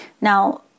Now